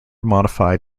modified